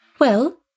Well